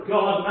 God